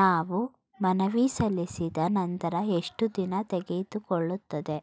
ನಾವು ಮನವಿ ಸಲ್ಲಿಸಿದ ನಂತರ ಎಷ್ಟು ದಿನ ತೆಗೆದುಕೊಳ್ಳುತ್ತದೆ?